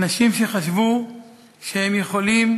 אנשים שחשבו שהם יכולים